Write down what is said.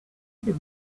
give